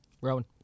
Rowan